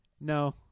No